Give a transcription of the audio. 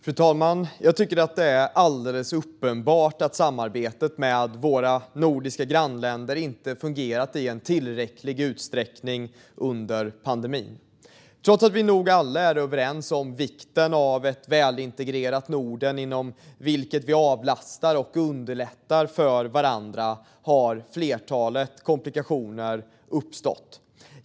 Fru talman! Jag tycker att det är alldeles uppenbart att samarbetet med våra nordiska grannländer inte har fungerat i tillräcklig utsträckning under pandemin. Trots att vi nog alla är överens om vikten av ett välintegrerat Norden där vi avlastar och underlättar för varandra har ett flertal komplikationer uppstått.